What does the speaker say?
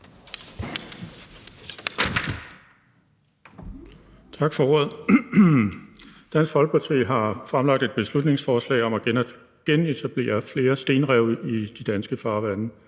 Tak for ordet. Dansk Folkeparti har fremsat et beslutningsforslag om at genetablere flere stenrev i de danske farvande.